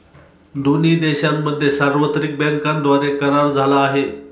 दोन्ही देशांमध्ये सार्वत्रिक बँकांद्वारे करार झाला आहे